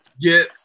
get